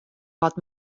wat